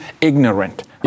ignorant